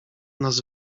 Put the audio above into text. nas